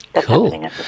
Cool